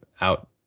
out